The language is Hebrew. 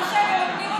או שהם מממנים אותנו,